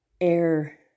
air